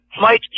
Mike